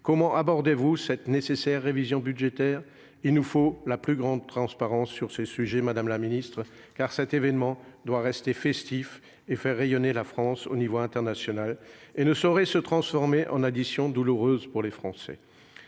Comment abordez-vous cette nécessaire révision budgétaire ? Madame la ministre, il nous faut la plus grande transparence sur ces sujets, car cet événement doit rester festif et faire rayonner la France à l'échelon international. Il ne saurait se transformer en une addition douloureuse pour les Français.